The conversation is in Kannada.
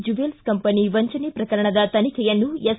ಜ್ಯುವೆಲ್ಲ್ ಕಂಪನಿ ವಂಚನೆ ಪ್ರಕರಣದ ತನಿಖೆಯನ್ನು ಎಸ್